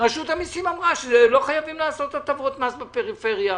ורשות המיסים אמרה שלא חייבים לעשות הטבות מס בפריפריה,